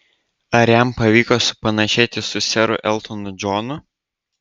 ar jam pavyko supanašėti su seru eltonu džonu